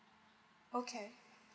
okay